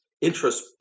Interest